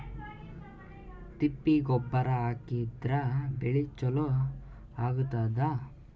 ತಿಪ್ಪಿ ಗೊಬ್ಬರ ಹಾಕಿದ್ರ ಬೆಳಿ ಚಲೋ ಆಗತದ?